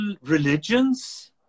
religions